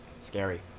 scary